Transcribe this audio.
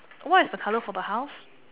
what is the colour for the house